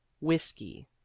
whiskey